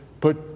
put